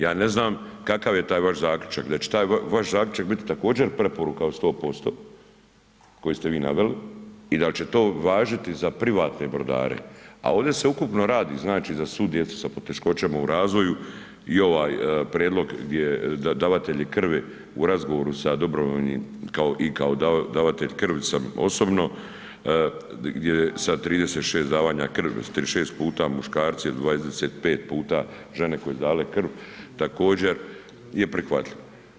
Ja ne znam kakav je taj vaš zaključak, da će taj vaš zaključak bit također preporuka od 100% koji ste vi naveli i dal će to važiti za privatne brodare, a ovde se ukupno radi znači za svu djecu sa poteškoćama u razvoju i ovaj prijedlog gdje davatelji krvi u razgovoru sa dobrovoljnim i kao davatelji krvi sam osobno gdje sa 36 davanja krvi, 36 puta muškarci, a 25 puta žene koje su dale krv također je prihvatljiv.